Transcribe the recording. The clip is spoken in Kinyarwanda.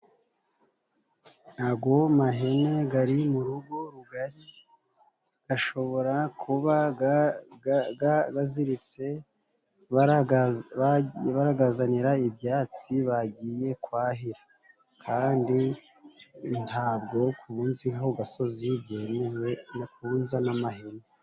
Ago mahene gari mu rugo rugari. Gashobora kuba baziritse, baragazanira ibyatsi bagiye kwahira. Kandi ntabwo kubunza inka ku gasozi byemewe no kubunza n'amahene.